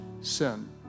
sin